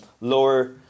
lower